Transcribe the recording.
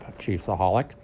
Chiefsaholic